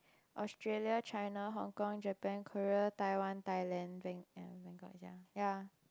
Australia China Hong Kong Japan Korea Taiwan Thailand Bang~ and Bangkok ya